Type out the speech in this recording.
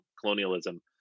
colonialism